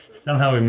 somehow